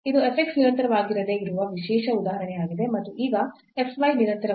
ಇದು f x ನಿರಂತರವಾಗಿರದೇ ಇರುವ ವಿಶೇಷ ಉದಾಹರಣೆಯಾಗಿದೆ ಮತ್ತು ಈಗ f y ನಿರಂತರವಾಗಿದೆ